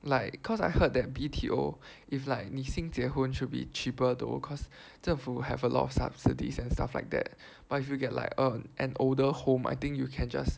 like cause I heard that B_T_O is like 你先结婚 should be cheaper though cause 政府 have a lot of subsidies and stuff like that but if you get like um an older home I think you can just